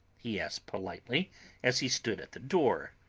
he asked politely as he stood at the door.